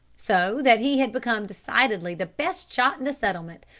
so that he had become decidedly the best shot in the settlement,